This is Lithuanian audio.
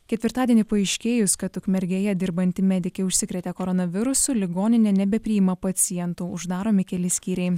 ketvirtadienį paaiškėjus kad ukmergėje dirbanti medikė užsikrėtė koronavirusu ligoninė nebepriima pacientų uždaromi keli skyriai